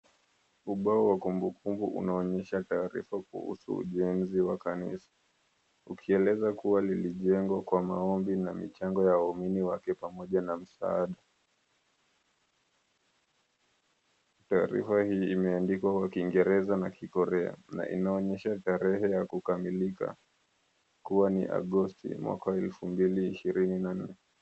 Ubao wa kumbukumbu unaonyesha taarifa kuhusu ujenzi wa kanisa, ukieleza kuwa lilijengwa kwa maombi na michango ya wahumini wake pamoja na msaada. Taarifa hii imeandikwa kwa kiingereza na Kikorea na inaonyesha tarehe ya kukamilika kuwa ni Agosti mwaka wa elfu mbili ishirini na nne.